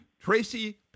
Tracy